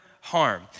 harm